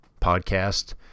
podcast